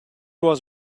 was